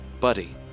Buddy